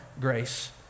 grace